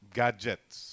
gadgets